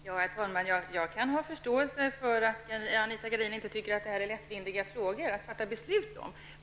Herr talman! Jag kan ha förståelse för att Anita Gradin tycker att detta inte är lättvindiga frågor att fatta beslut om.